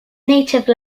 native